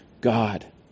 God